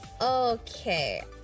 okay